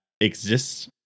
exists